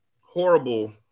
horrible